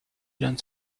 learned